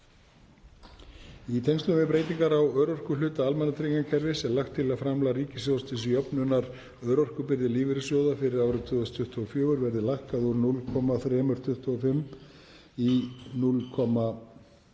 Í tengslum við breytingar á örorkuhluta almannatryggingarkerfisins er lagt til að framlag ríkissjóðs til jöfnunar örorkubyrði lífeyrissjóða fyrir árið 2024 verði lækkað úr 0,325% í 0,107%